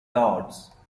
dots